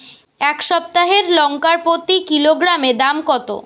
এই সপ্তাহের লঙ্কার প্রতি কিলোগ্রামে দাম কত?